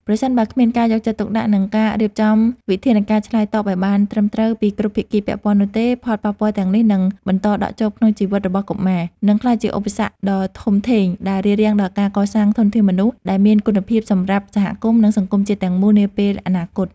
ប្រសិនបើគ្មានការយកចិត្តទុកដាក់ និងការរៀបចំវិធានការឆ្លើយតបឱ្យបានត្រឹមត្រូវពីគ្រប់ភាគីពាក់ព័ន្ធនោះទេ ផលប៉ះពាល់ទាំងនេះនឹងបន្តដក់ជាប់ក្នុងជីវិតរបស់កុមារ និងក្លាយជាឧបសគ្គដ៏ធំធេងដែលរារាំងដល់ការកសាងធនធានមនុស្សដែលមានគុណភាពសម្រាប់សហគមន៍ និងសង្គមជាតិទាំងមូលនាពេលអនាគត។